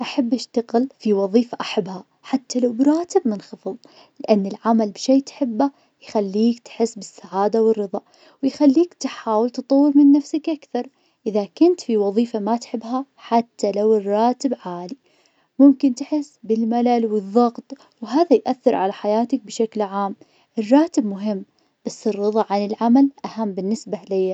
أحب أشتغل في وظيفة أحبها, حتى لو براتب منخفض, لأن العمل بشي تحبه يخليك تحس بالسعادة والرضى, يخليك تحاول تطور من نفسك أكثر, إذا كنت في وظيفة ما تحبها, حتى لو الراتب عالي, ممكن تحس بالملل والضغط, وهذا يأثر على حياتك بشكل عام, الراتب مهم, بس الرضى على العمل أهم بالنسبة ليا.